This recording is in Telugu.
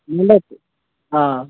ఆ